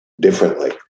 differently